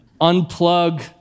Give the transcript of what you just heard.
unplug